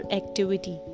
activity